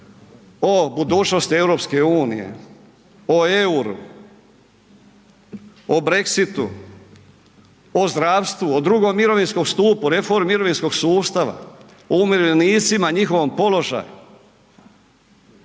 o budućnosti EU, o EUR-u, o Brexitu, o zdravstvu, o drugom mirovinskom stupu, reformi mirovinskog sustava, o umirovljenicima, njihovom položaju.